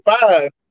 five